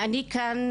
אני כאן,